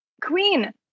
queen